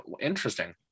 Interesting